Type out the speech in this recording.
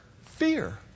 fear